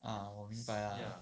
ah 我明白 lah